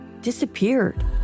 disappeared